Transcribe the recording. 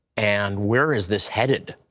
and where is this headed?